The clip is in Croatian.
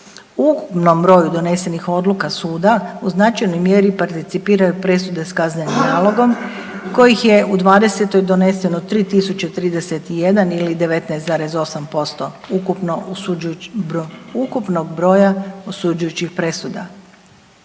ukupnom broju donesenih odluka suda u značajnoj mjeri participiraju presude s kaznenim nalogom kojih je u '20. doneseno 3.031 ili 19,1% ukupno osuđujućih,